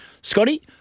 Scotty